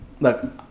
look